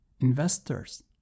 investors